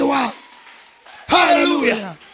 Hallelujah